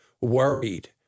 worried